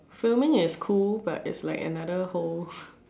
filming is cool but it's like another whole